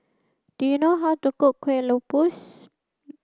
do you know how to cook Kueh Lupis